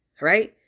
right